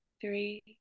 three